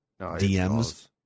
DMs